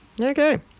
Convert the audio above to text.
Okay